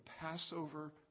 Passover